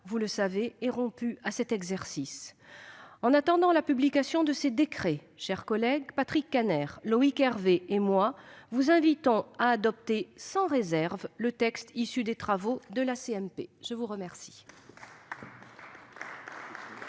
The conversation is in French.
vous le savez, est rompu à cet exercice. En attendant la publication de ces décrets, mes chers collègues, Patrick Kanner, Loïc Hervé et moi-même vous invitons à adopter sans réserve le texte issu des travaux de la commission mixte